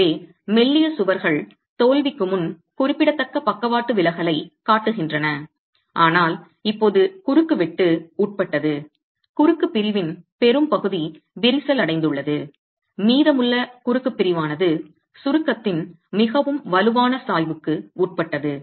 எனவே மெல்லிய சுவர்கள் தோல்விக்கு முன் குறிப்பிடத்தக்க பக்கவாட்டு விலகலைக் காட்டுகின்றன ஆனால் இப்போது குறுக்குவெட்டு உட்பட்டது குறுக்கு பிரிவின் பெரும்பகுதி விரிசல் அடைந்துள்ளது மீதமுள்ள குறுக்கு பிரிவானது சுருக்கத்தின் மிகவும் வலுவான சாய்வுக்கு உட்பட்டது